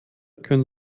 können